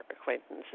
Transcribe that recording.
acquaintances